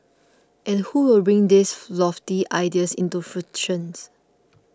and who will bring these lofty ideas into fruitions